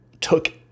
took